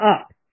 up